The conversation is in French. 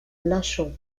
lâchant